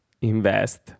Invest